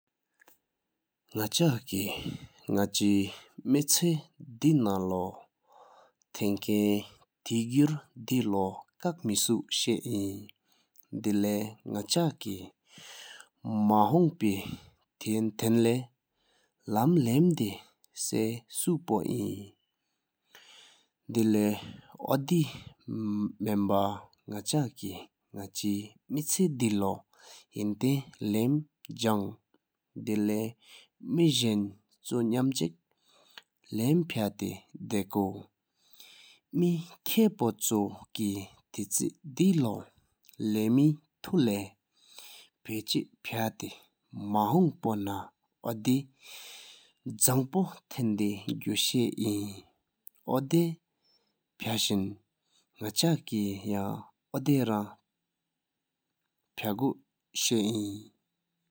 ནང་ལ་སྐད་ནག་ཅུག་མི་ཅི་དེ་ནང་ལོ་ཐང་དགའ་བའི་དགུར་དེ་ལོ་ག་མེད་གཞི་བ་ཡོད། དེ་ལེ་ནག་ཅུག་མ་འགོངས་པས་ཐབས་ལས་ལ་ལྕམ་ལ་དེ་ས་ཤུལ་པོ་ཡོད། དེ་ལེ་ཨོ་དེ་དམར་འབའ་ནག་ཅུག་མི་ཅི་དེ་ན་ལོ་ཡན་ཏེན་ལམ་བཟུང་། དེ་ལེ་མེ་ལྗན་ཆུ་རྣམ་སྦྱིན་ལམ་ཐལ་སྟར་དགོ་། སྨྱོང་ཀློས་ཐུ་བསོ་གཅིག་གྲུབ་ཅི་དེ་ལོ་ལས་མི་ཧེ་ཐུ་ལ་ཡྤ་དེ་མ་ཧུ་ངོས་ཀྱི་ན་དོ་དེ་ལས་བཟང་པོ་ཐན་དེ་དགུ་ཤ་ཡོད། དོ་དེ་བའི་སང་ནག་ཅུག་གཡང་ངོས་ལེགས་ལོ་སྟོ་པ་ལྗོངས་ཡོད།